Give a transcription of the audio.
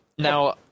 Now